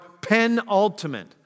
penultimate